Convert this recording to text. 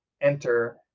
Enter